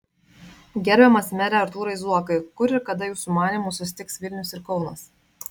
gerbiamas mere artūrai zuokai kur ir kada jūsų manymu susitiks vilnius ir kaunas